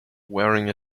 wearing